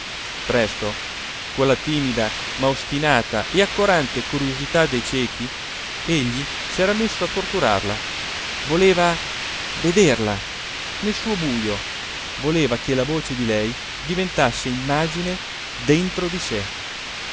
presto con la timida ma ostinata e accorante curiosità dei ciechi egli s'era messo a torturarla voleva vederla nel suo bujo voleva che la voce di lei diventasse immagine dentro di sé